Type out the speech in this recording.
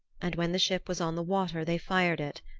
and when the ship was on the water they fired it,